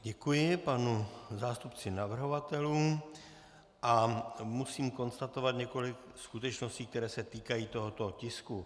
Děkuji panu zástupci navrhovatelů a musím konstatovat několik skutečností, které se týkají tohoto tisku.